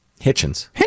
Hitchens